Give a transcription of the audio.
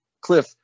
cliff